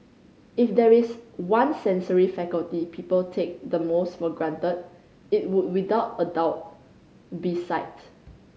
if there is one sensory faculty people take the most for granted it would without a doubt be sight